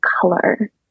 color